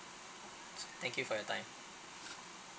thank you for your time